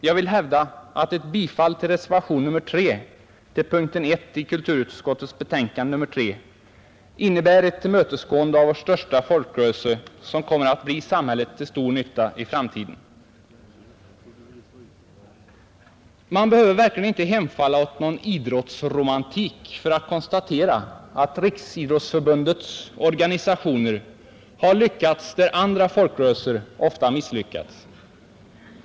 Jag vill hävda att ett bifall till reservation nr 3 vid punkten 1 i kulturutskottets betänkande nr 3 innebär ett tillmötesgående av vår största folkrörelse som kommer att bli samhället till stor nytta i framtiden. Man behöver verkligen inte hemfalla åt någon idrottsromantik för att konstatera att Riksidrottsförbundets organisationer har lyckats där andra folkrörelser ofta misslyckats.